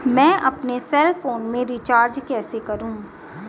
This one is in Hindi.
मैं अपने सेल फोन में रिचार्ज कैसे करूँ?